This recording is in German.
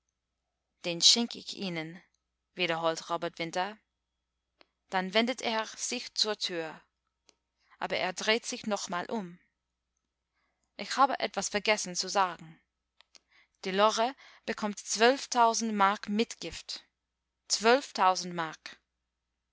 den schenk ich ihnen wiederholt robert winter dann wendet er sich zur tür aber er dreht sich noch einmal um ich habe etwas vergessen zu sagen die lore bekommt zwölftausend mark mitgift zwölftausend mark